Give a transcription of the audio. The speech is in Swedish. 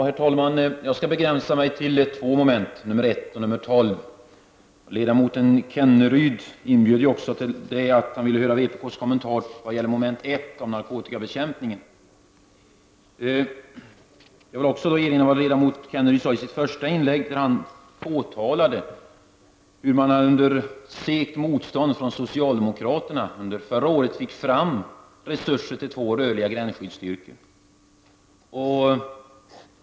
Herr talman! Jag skall begränsa mig till två moment i utskottets hemställan, mom. 1 och 12. Ledamoten Kenneryd ville ju ha vpk:s kommentar när det gäller mom. 1 om narkotikabekämpningen. Jag vill också erinra om vad ledamoten Kenneryd sade i sitt första inlägg. Han påtalade då hur man under segt motstånd från socialdemokraterna under förra året fick fram resurser till två rörliga gränsskyddsstyrkor.